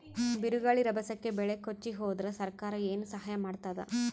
ಬಿರುಗಾಳಿ ರಭಸಕ್ಕೆ ಬೆಳೆ ಕೊಚ್ಚಿಹೋದರ ಸರಕಾರ ಏನು ಸಹಾಯ ಮಾಡತ್ತದ?